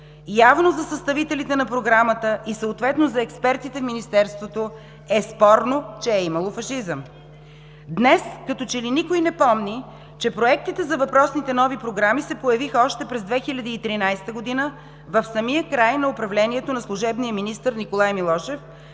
Явно за съставителите на програмата и съответно за експертите в министерството е спорно, че е имало фашизъм. Днес като че ли никой не помни, че проектите за въпросните нови програми се появиха още през 2013 г. в самия край на управлението на служебния министър Николай Милошев,